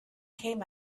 came